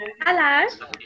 hello